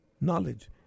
knowledge